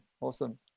awesome